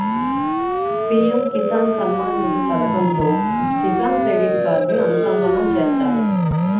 PM Kisan Samman Nidhi పథకంతో Kisan credit కార్డుని అనుసంధానం చేత్తారు